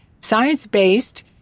science-based